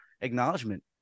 acknowledgement